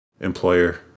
employer